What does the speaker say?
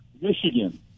Michigan